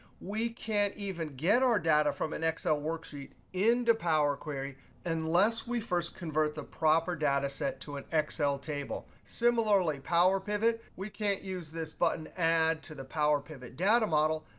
we can't even get our data from an excel worksheet into powerquery unless we first convert the proper data set to an excel table. similarly, powerpivot we can't use this button add to the powerpivot data model,